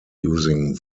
using